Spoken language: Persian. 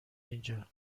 اینجا